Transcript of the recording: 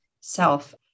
self